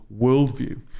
worldview